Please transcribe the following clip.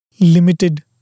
limited